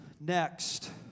next